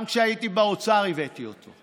גם כשהייתי באוצר הבאתי אותו,